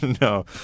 no